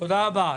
תודה רבה.